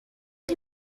chi